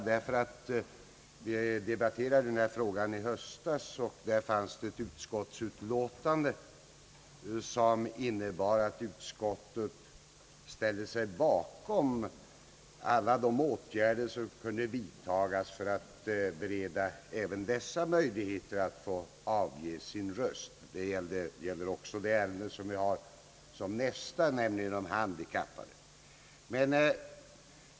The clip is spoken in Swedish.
När vi debatterade denna fråga i höstas, förelåg nämligen ett utskottsutlåtande som innebar att utskottet ställde sig bakom alla de åtgärder som kunde vidtagas för att bereda även nu ifrågavarande grupper möjlighet att få avge sina röster — det gäller också de handikappade, som behandlas i nästa ärende i dag.